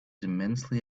immensely